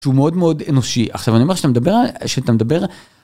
שהוא מאוד מאוד אנושי. עכשיו אני אומר שאתה מדבר, שאתה מדבר